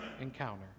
encounter